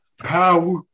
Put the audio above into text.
power